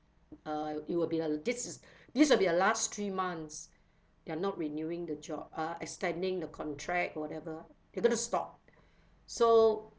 uh it will be like uh this is this will be the last three months you're not renewing the job uh extending the contract whatever you're going to stop so